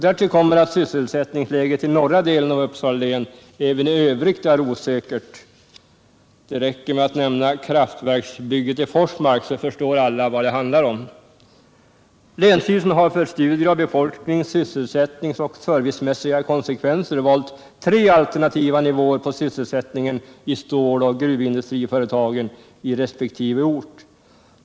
Därtill kommer att sysselsättningsläget i norra delen av Uppsala län även i övrigt är osäkert. Det räcker att nämna kraftverksbygget i Forsmark så förstår alla vad det handlar om. Länsstyrelsen har för studie av befolknings-, sysselsättningsoch servicemässiga konsekvenser valt tre alternativa nivåer på sysselsättningen i ståloch gruvindustriföretagen på resp. ort.